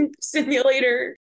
simulator